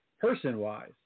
person-wise